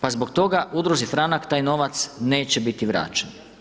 Pa zbog toga udruzi Franak taj novac neće biti vraćen.